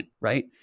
right